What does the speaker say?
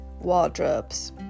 wardrobes